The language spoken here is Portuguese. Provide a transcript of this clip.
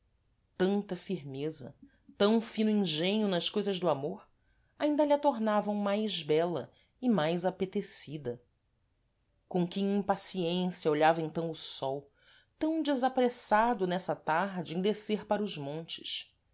tanta firmeza tam fino engenho nas coisas do amor ainda lha tornavam mais bela e mais apetecida com que impaciência olhava então o sol tam desapressado nessa tarde em descer para os montes